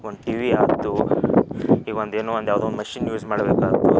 ಒಂದು ಟಿವಿ ಆಯ್ತು ಈಗ ಒಂದು ಏನೋ ಒಂದು ಯಾವುದೋ ಒಂದು ಮಷಿನ್ ಯೂಸ್ ಮಾಡ್ಬೇಕಾಯ್ತು